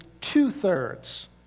two-thirds